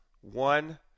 One